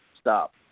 stop